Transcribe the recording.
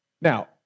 Now